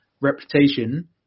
reputation